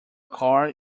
car